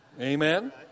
Amen